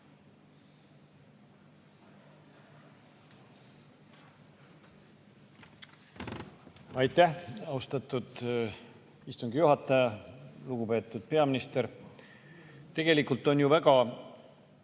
Aitäh, austatud istungi juhataja! Lugupeetud peaminister! Tegelikult on ju väga